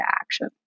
action